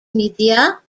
media